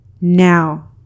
now